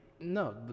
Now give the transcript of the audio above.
no